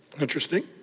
Interesting